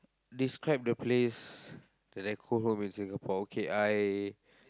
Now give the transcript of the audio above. describe the place that I call home in Singapore okay I